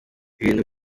ibintu